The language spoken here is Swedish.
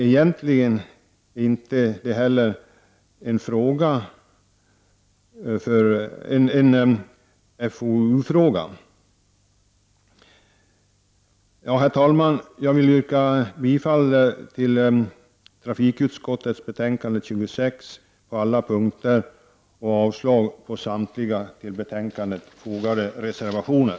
Egentligen är inte detta en FOU-fråga. Herr talman! Jag vill yrka bifall till utskottets hemställan i betänkande 26 och avslag på samtliga till betänkandet fogade reservationer.